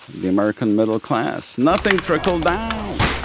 the american middle class, nothing trickled down,